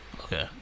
Okay